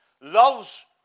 loves